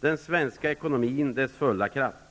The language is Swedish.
den svenska ekonomin återfår sin fulla kraft.